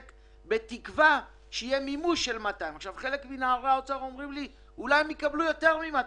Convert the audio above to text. חלק מנערי האוצר אומרים לי: אולי הם יקבלו יותר מ-200.